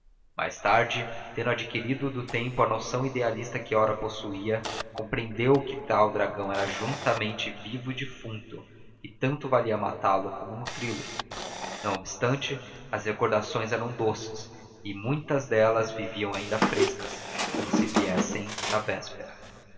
mais tarde tendo adquirido do tempo a noção idealista que ora possuía compreendeu que tal dragão era juntamente vivo e defunto e tanto valia matá-lo como nutri lo não obstante as recordações eram doces e muitas delas viviam ainda frescas como se viessem da véspera